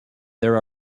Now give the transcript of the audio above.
there